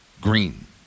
green